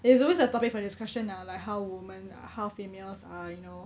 it's always a topic for discussion ah like how women uh how females are or you know